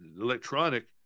electronic